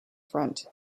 front